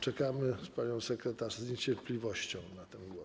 Czekamy z panią sekretarz z niecierpliwością na ten głos.